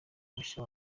mushya